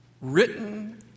written